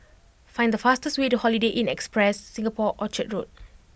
find the fastest way to Holiday Inn Express Singapore Orchard Road